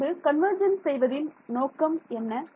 பின்பு கன்வர்ஜென்ஸ் செய்வதின் நோக்கம் என்ன